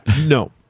No